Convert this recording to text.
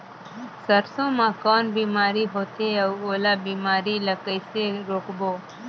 सरसो मा कौन बीमारी होथे अउ ओला बीमारी ला कइसे रोकबो?